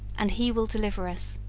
and he will deliver us